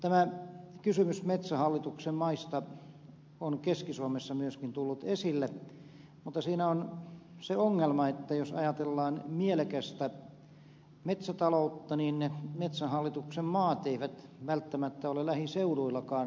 tämä kysymys metsähallituksen maista on keski suomessa myöskin tullut esille mutta siinä on se ongelma että jos ajatellaan mielekästä metsätaloutta niin metsähallituksen maat eivät välttämättä ole lähiseuduillakaan